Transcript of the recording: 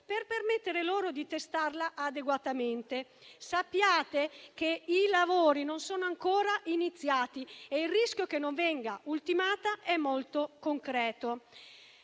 per permettere loro di testarla adeguatamente. Sappiate che i lavori non sono ancora iniziati e il rischio che non venga ultimata è molto concreto.